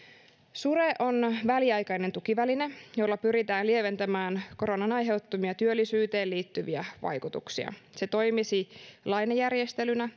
sure on väliaikainen tukiväline jolla pyritään lieventämään koronan aiheuttamia työllisyyteen liittyviä vaikutuksia se toimisi lainajärjestelynä